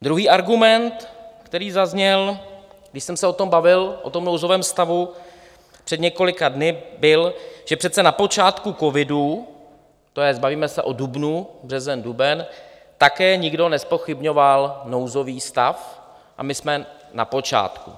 Druhý argument, který zazněl, když jsem se o tom bavil, o tom nouzovém stavu, před několika dny, byl, že přece na počátku covidu bavíme se o dubnu, březen, duben také nikdo nezpochybňoval nouzový stav, a my jsme na počátku.